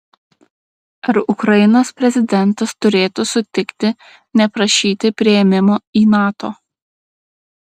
ar ukrainos prezidentas turėtų sutikti neprašyti priėmimo į nato